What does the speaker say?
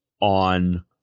on